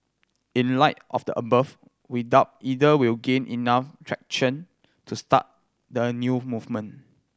in light of the above we doubt either will gain enough traction to start a new movement